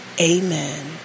Amen